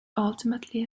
ultimately